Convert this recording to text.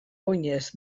oinez